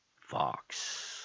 Fox